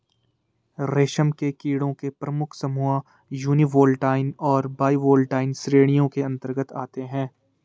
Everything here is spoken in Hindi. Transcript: रेशम के कीड़ों के प्रमुख समूह यूनिवोल्टाइन और बाइवोल्टाइन श्रेणियों के अंतर्गत आते हैं